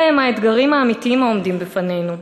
אלה הם האתגרים האמיתיים העומדים בפנינו.